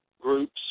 groups